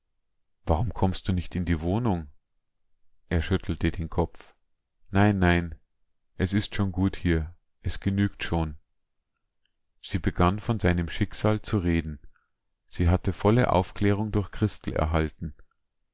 warum kommst du nicht in die wohnung er schüttelte den kopf nein nein es ist schon gut hier es genügt schon sie begann von seinem schicksal zu reden sie hatte volle aufklärung durch christel erhalten